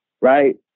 right